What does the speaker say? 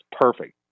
perfect